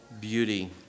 beauty